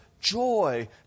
joy